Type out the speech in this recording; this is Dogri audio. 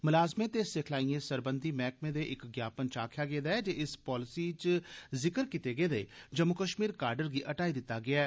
मलाजमें ते सिखलाई सरबंधी मैह्कमें दे इक ज्ञापन च आक्खेआ गेदा ऐ जे इस पालसी च जिक्र कीते गेदे जम्मू कश्मीर काडर गी हटाई दित्ता गेआ ऐ